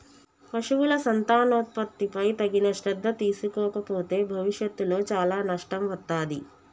పశువుల సంతానోత్పత్తిపై తగిన శ్రద్ధ తీసుకోకపోతే భవిష్యత్తులో చాలా నష్టం వత్తాది